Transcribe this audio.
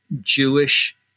Jewish